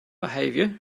behaviour